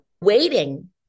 waiting